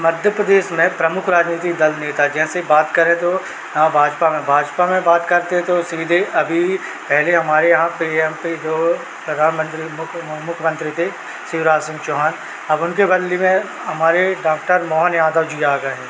मध्य प्रदेश में प्रमुख राजनीतिक दल नेता जैसे बात कर रहे थे वह भाजपा में भाजपा में बात करते तो सीधे अभी पहले हमारे यहाँ से हम से जो प्रधानमन्त्री मुख मुख्यमन्त्री थे शिवराज सिंह चौहान अब उनके बदले में हमारे डाक्टर मोहन यादव जी आ गए हैं